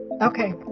okay